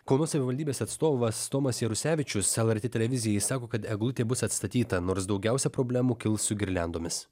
kauno savivaldybės atstovas tomas jarusevičius lrt televizijai sako kad eglutė bus atstatyta nors daugiausia problemų kils su girliandomis